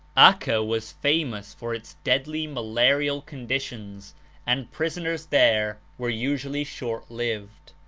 acca was famous for its deadly malarial conditions and prisoners there were usually short lived.